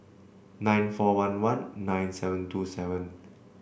nine four one one nine seven two seven